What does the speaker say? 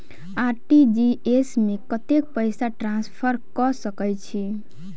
RTGS मे कतेक पैसा ट्रान्सफर कऽ सकैत छी?